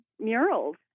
murals